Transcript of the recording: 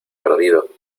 perdido